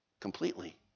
completely